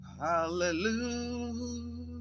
Hallelujah